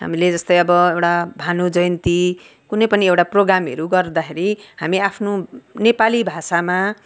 हामीले जस्तो एउटा अब भानु जयन्ती कुनै पनि एउटा प्रोग्रामहरू गर्दाखेरि हामी आफ्नो नेपाली भाषामा